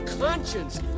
conscience